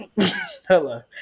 hello